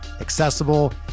accessible